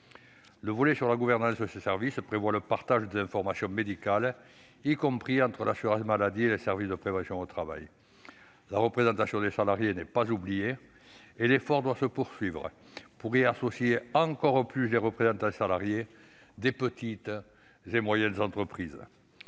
Le volet dédié à la gouvernance de ces services garantit le partage des informations médicales, y compris entre l'assurance maladie et les services de prévention au travail. La représentation des salariés n'est pas oubliée, et l'effort doit se poursuivre pour que les représentants des salariés des petites et moyennes entreprises